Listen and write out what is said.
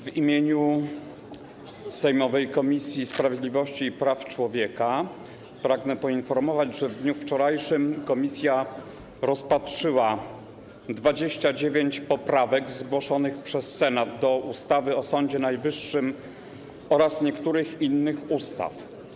W imieniu sejmowej Komisji Sprawiedliwości i Praw Człowieka pragnę poinformować, że w dniu wczorajszym komisja rozpatrzyła 29 poprawek zgłoszonych przez Senat do ustawy o Sądzie Najwyższym oraz niektórych innych ustaw.